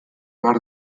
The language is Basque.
behar